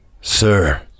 Sir